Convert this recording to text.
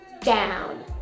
down